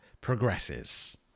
progresses